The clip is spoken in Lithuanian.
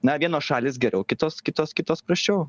na vienos šalys geriau kitos kitos kitos prasčiau